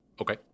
Okay